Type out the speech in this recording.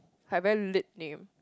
like very lit name